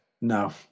No